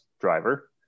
driver